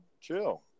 chill